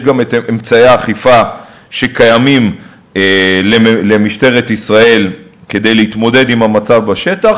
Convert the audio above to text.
יש גם את אמצעי האכיפה שקיימים למשטרת ישראל כדי להתמודד עם המצב בשטח,